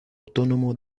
autónomo